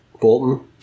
Bolton